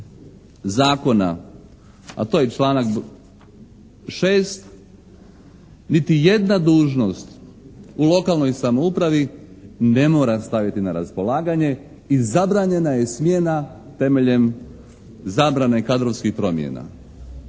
zakona, a to je članak 6. niti jedna dužnost u lokalnoj samoupravi ne mora staviti na raspolaganje i zabranjena je smjena temeljem zabrane kadrovskih promjena.